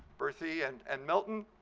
berthy and and milton.